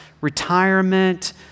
retirement